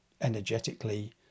energetically